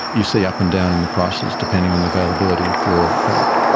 you see up and down in the prices depending on the availability of your product.